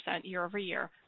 year-over-year